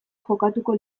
jokatuko